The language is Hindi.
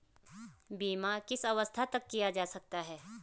बीमा किस अवस्था तक किया जा सकता है?